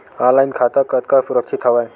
Online खाता कतका सुरक्षित हवय?